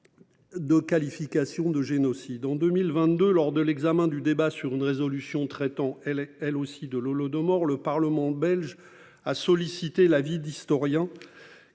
De qualification de génocide en 2022 lors de l'examen du débat sur une résolution traitant elle est elle aussi de l'Holodomor le Parlement belge, a sollicité l'avis d'historiens